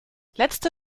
letzte